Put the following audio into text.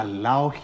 Allow